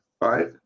right